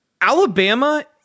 Alabama